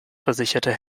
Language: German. versicherte